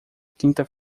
quinta